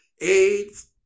AIDS